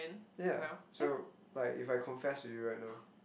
yeah so like if I confess to you right now